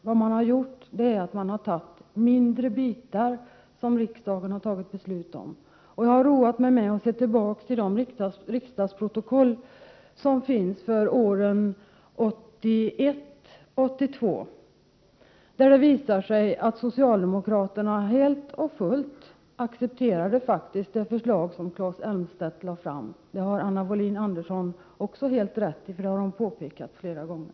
Vad man har gjort är att ta mindre bitar, som riksdagen har fattat beslut om. Jag har roat mig med att gå tillbaka till de riksdagsprotokoll som finns från åren 1981 och 1982, där det visat sig att socialdemokraterna faktiskt helt och fullt accepterade det förslag som Claes Elmstedt lade fram — det har Anna Wohlin-Andersson också helt rätt i, för det har hon påpekat flera gånger.